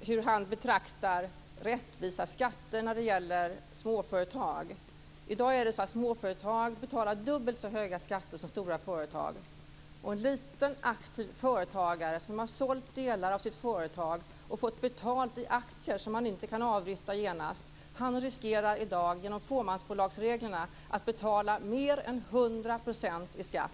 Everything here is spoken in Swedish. hur han ser på rättvisa skatter när det gäller småföretag. I dag är det så att småföretag betalar dubbelt så höga skatter som stora företag. En aktiv småföretagare som har sålt delar av sitt företag och fått betalt i aktier som han inte kan avyttra genast riskerar i dag genom fåmansbolagsreglerna att betala mer än 100 % i skatt.